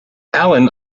allen